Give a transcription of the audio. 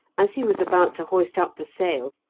as he was about to hoist up the sail,